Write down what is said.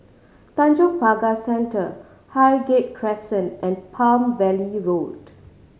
Tanjong Pagar Centre Highgate Crescent and Palm Valley Road